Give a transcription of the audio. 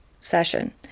session